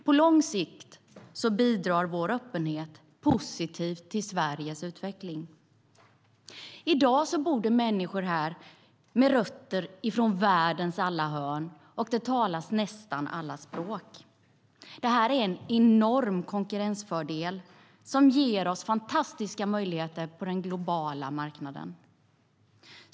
På lång sikt bidrar vår öppenhet positivt till Sveriges utveckling.I dag bor här människor med rötter i världens alla hörn, och det talas nästan alla språk. Detta är en enorm konkurrensfördel som ger oss fantastiska möjligheter på den globala marknaden.